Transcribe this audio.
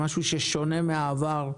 במשהו שונה מן העבר,